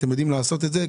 אתם יודעים לעשות את זה.